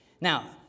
Now